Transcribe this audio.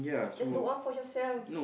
just do all for yourself